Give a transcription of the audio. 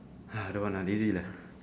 ah don't want lah lazy lah